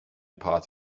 part